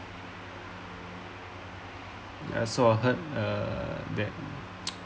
so I heard uh that